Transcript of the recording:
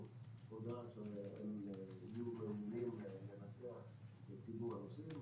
הודעה --- הם עומדים לנסח לציבור הנוסעים.